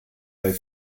bei